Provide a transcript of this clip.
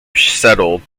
settled